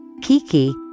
Kiki